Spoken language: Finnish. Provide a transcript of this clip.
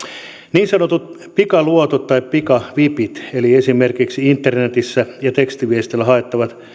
niin sanotut pikaluotot tai pikavipit eli esimerkiksi internetissä ja tekstiviestillä haettavat